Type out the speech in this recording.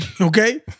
Okay